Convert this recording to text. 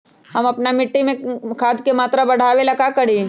हम अपना मिट्टी में खाद के मात्रा बढ़ा वे ला का करी?